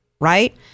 right